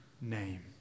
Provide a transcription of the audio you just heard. name